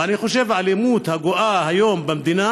ואני חושב שבאלימות הגואה היום במדינה